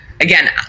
Again